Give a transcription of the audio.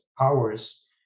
hours